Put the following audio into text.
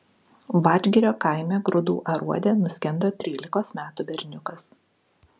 vadžgirio kaime grūdų aruode nuskendo trylikos metų berniukas